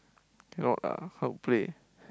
cannot lah how to play